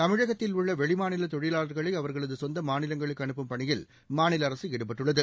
தமிழகத்தில் உள்ள வெளிமாநில தொழிலாளர்களை அவர்களை சொந்த மாநிலங்களுக்கு அனுப்பும் பணியில் மாநில அரசு ஈடுபட்டுள்ளது